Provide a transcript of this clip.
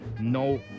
No